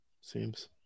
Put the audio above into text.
seems